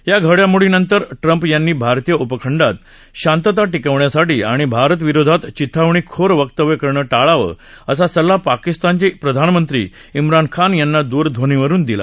या घडामोडींनतर ट्रंप यांनी भारतीय उपखंडात शांतता टिकवण्यासाठी आणि भारताविरोधात चिथावणीखोर वक्तव्य करणं टाळावं असा सल्ला पाकिस्तानचे प्रधानमंत्री इम्रान खान यांना दूरध्वनीवरून दिला